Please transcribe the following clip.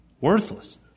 Worthless